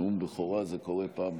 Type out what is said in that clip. נאום בכורה זה קורה פעם בחיים.